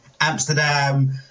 Amsterdam